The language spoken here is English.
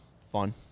Fun